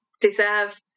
deserve